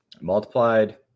Multiplied